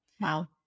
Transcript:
Wow